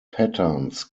patterns